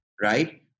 Right